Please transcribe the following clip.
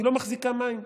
היא לא מחזיקה מים.